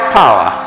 power